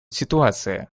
ситуация